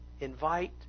invite